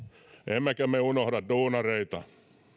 emmekä me unohda duunareita